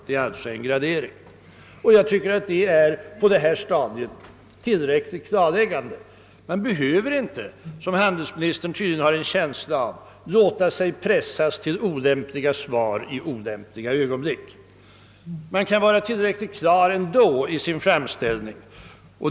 Det är alltså en gradering inom ramen för en öppen ansökan. Jag tycker att det på detta stadium är tillräckligt klarläggande. Man behöver inte, som handelsministern tydligen är benägen för, låta sig pressas till olämpliga svar i olämpliga ögonblick. Man kan vara tillräckligt klar ändå i sin framställning.